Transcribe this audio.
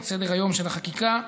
את סדר-היום של החקיקה,